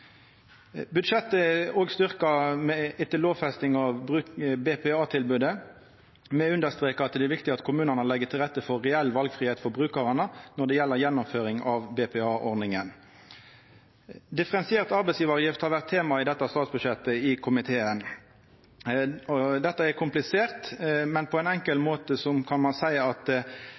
Budsjettet er òg styrkt etter lovfestinga av BPA-tilbodet. Me understrekar at det er viktig at kommunane legg til rette for reell valfridom for brukarane når det gjeld gjennomføring av BPA-ordninga. Differensiert arbeidsgjevaravgift har vore tema i dette statsbudsjettet i komiteen. Dette er komplisert, men på ein enkel måte kan ein seia at